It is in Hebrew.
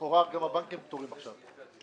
לכאורה גם הבנקים פטורים עכשיו.